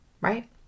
right